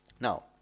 Now